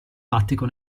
lattico